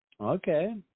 Okay